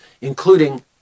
including